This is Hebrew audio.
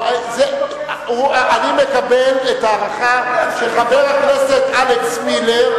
אני מקבל את ההנחה שחבר הכנסת אלכס מילר,